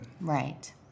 Right